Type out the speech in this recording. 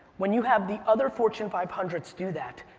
when you have the other fortune five hundred s do that,